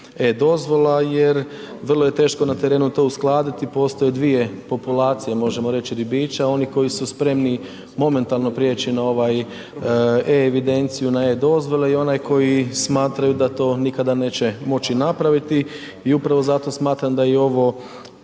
e-dozvola jer vrlo je teško na terenu to uskladiti postoje dvije populacije možemo reći ribiča, oni koji su spremni momentalno prijeći na ovaj e-evidenciju na e-dozvole i onaj koji smatraju da to nikada neće moći napraviti i upravo zato smatram da i ovo,